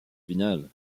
finale